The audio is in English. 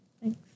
Thanks